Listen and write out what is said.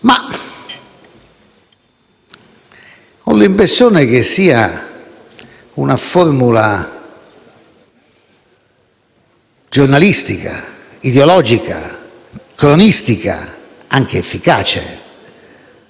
Ho l'impressione che sia una formula giornalistica, ideologica, cronistica, anche efficace,